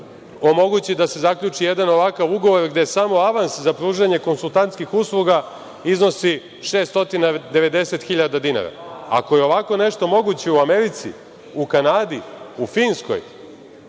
omogući da se zaključi jedan ovakav ugovor gde samo avans za pružanje konsultantskih usluga iznosi 690.000 dinara. Ako je ovako nešto moguće u Americi, Kanadi, Finskoj,